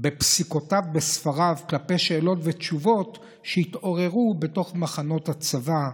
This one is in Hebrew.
בפסיקותיו ובספריו לשאלות ותשובות שהתעוררו בתוך מחנות הצבא,